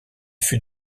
fut